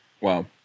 Wow